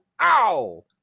ow